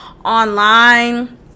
online